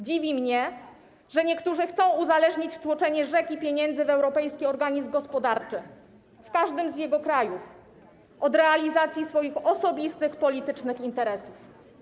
Dziwi mnie, że niektórzy chcą uzależnić wtłoczenie rzeki pieniędzy w europejski organizm gospodarczy, w każdy z jego krajów, od realizacji swoich osobistych, politycznych interesów.